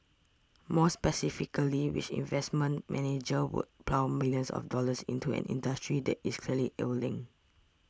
more specifically which investment manager would plough millions of dollars into an industry that is clearly ailing